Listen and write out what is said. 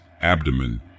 abdomen